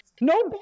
No